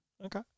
Okay